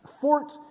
fort